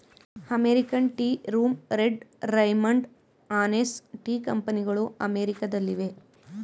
American tea room, red Raymond, Hanes tea ಕಂಪನಿಗಳು ಅಮೆರಿಕದಲ್ಲಿವೆ